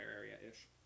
area-ish